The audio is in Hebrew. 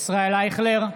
ישראל אייכלר,